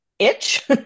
itch